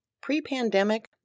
Pre-pandemic